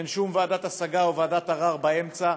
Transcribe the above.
אין שום ועדת השגה או ועדת ערר באמצע,